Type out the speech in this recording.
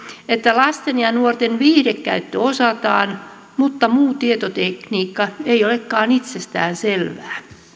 että lapset ja nuoret osaavat viihdekäytön mutta muu tietotekniikka ei olekaan itsestäänselvää